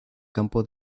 campo